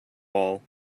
wall